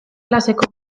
klaseko